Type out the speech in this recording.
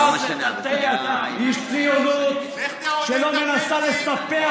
היא ציונות שלא מנסה לספח,